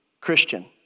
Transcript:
Christian